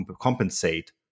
compensate